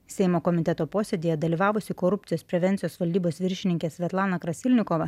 seimo komiteto posėdyje dalyvavusi korupcijos prevencijos valdybos viršininkė svetlana krasilnikova